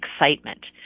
excitement